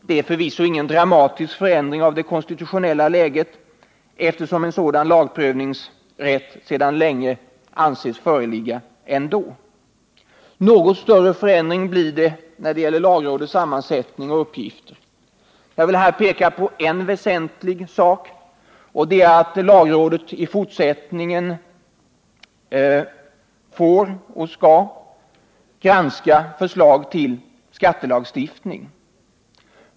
Det är förvisso ingen dramatisk förändring av det konstitutionella läget, eftersom en sådan lagprövningsrätt sedan länge anses föreligga ändå. Något större förändring blir det i fråga om lagrådets sammansättning och uppgifter. Jag vill här peka på en väsentlig sak, nämligen att lagrådet i fortsättningen får — och skall — granska förslag till skattelagstiftning.